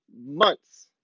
months